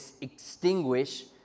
extinguish